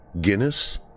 Guinness